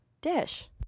dish